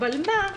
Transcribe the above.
אבל מה,